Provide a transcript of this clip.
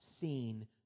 seen